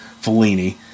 Fellini